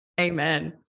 amen